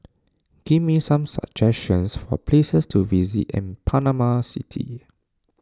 give me some suggestions for places to visit in Panama City